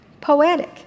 poetic